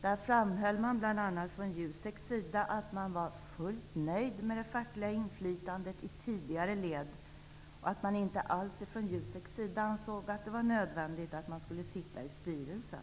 Där framhölls bl.a. från Jusek att man var fullt nöjd med det fackliga inflytandet i tidigare led. Man ansåg det inte alls nödvändigt att man skulle sitta i styrelsen.